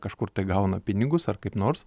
kažkur tai gauna pinigus ar kaip nors